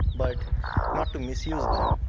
but not to misuse them